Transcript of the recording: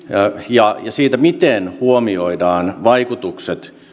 ja siihen miten huomioidaan vaikutukset